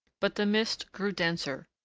but the mist grew denser,